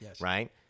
right